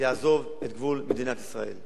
יעזוב את גבול מדינת ישראל.